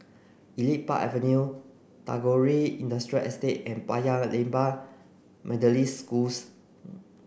Elite Park Avenue Tagore Industrial Estate and Paya Lebar Methodist Schools